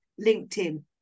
linkedin